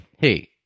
Hey